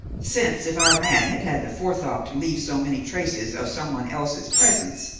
since, if our man had had the forethought to leave so many traces of some one else's presence,